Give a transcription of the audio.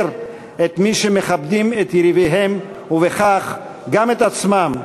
את מי שמכבדים את יריביהם ובכך גם את עצמם,